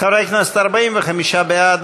חברי הכנסת, 45 בעד,